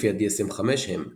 לפי ה-5-DSM הם א.